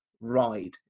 ride